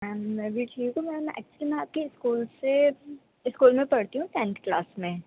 میم میں بھی ٹھیک ہوں میم ایکچولی میں آپ کے اسکول سے اسکول میں پرھتی ہوں ٹینتھ کلاس میں